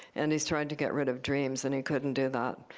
and he's trying to get rid of dreams, and he couldn't do that.